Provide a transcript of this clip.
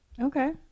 Okay